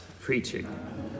preaching